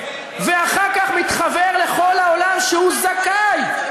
ואחר כך מתחוור לכל העולם שהוא זכאי.